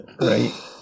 Right